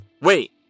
Wait